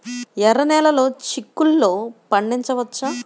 ఎర్ర నెలలో చిక్కుల్లో పండించవచ్చా?